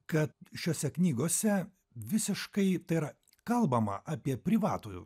kad šiose knygose visiškai yra kalbama apie privatų